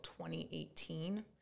2018